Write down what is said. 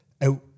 out